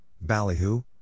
Ballyhoo